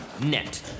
net